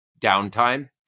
downtime